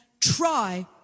try